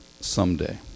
someday